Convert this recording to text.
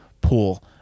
pool